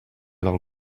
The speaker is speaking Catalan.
del